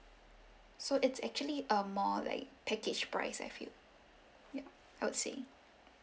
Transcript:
so it's actually um more like package price I feel yup I would say